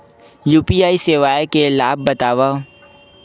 UPI सेवाएं के लाभ बतावव?